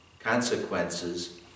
consequences